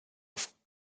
auf